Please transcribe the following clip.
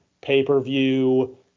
pay-per-view